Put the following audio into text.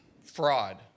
Fraud